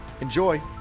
enjoy